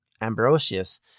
Ambrosius